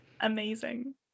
Amazing